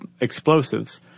explosives